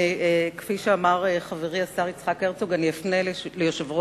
כפי שאמר חברי השר יצחק הרצוג, אני אפנה ליושב-ראש